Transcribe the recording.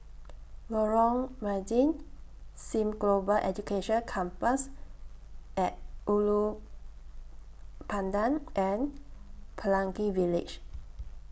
Lorong Mydin SIM Global Education Campus At Ulu Pandan and Pelangi Village